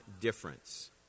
difference